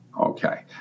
Okay